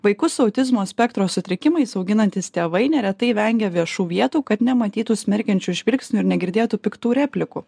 vaikus autizmo spektro sutrikimais auginantys tėvai neretai vengia viešų vietų kad nematytų smerkiančių žvilgsnių ir negirdėtų piktų replikų